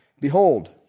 Behold